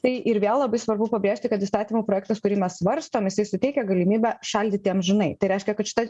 tai ir vėl labai svarbu pabrėžti kad įstatymo projektas kurį mes svarstom jisai suteikia galimybę šaldyti amžinai tai reiškia kad šita